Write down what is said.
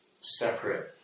separate